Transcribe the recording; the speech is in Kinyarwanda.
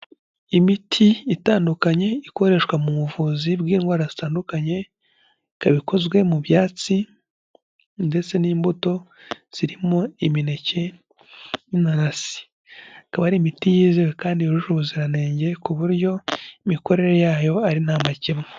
Imiti itandukanye, ikoreshwa mu buvuzi bw'indwara zitandukanye, ikabikozwe mu byatsi, ndetse n'imbuto, zirimo imineke, n'inanasi. Ikaba ari imiti yizewe kandi yujuje ubuziranenge, ku buryo imikorere yayo ari ntamakemwa.